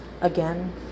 again